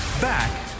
Back